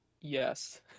Yes